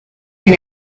been